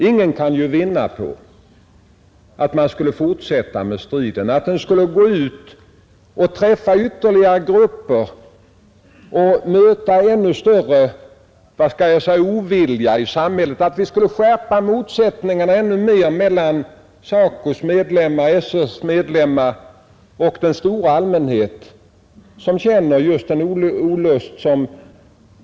Ingen kan ju vinna på att striden skulle fortsätta, att den skulle träffa ytterligare grupper och möta än större ovilja i samhället, att vi skulle skärpa motsättningarna ännu mer mellan å ena sidan SACO: och SR: medlemmar och å andra sidan den stora allmänheten som hårt känner konfliktens verkningar.